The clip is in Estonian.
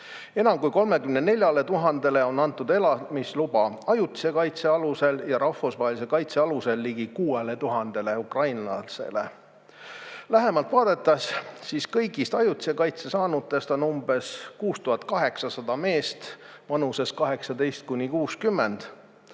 Enam kui 34 000-le on antud elamisluba ajutise kaitse alusel ja rahvusvahelise kaitse alusel ligi 6000 ukrainlasele. Kui lähemalt vaadata, siis kõigist ajutise kaitse saanutest on umbes 6800 meest vanuses 18–60.